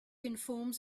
informs